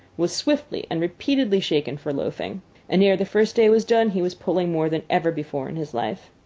was swiftly and repeatedly shaken for loafing and ere the first day was done he was pulling more than ever before in his life.